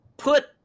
put